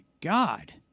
god